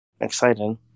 exciting